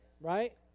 Right